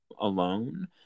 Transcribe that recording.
alone